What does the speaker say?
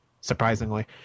surprisingly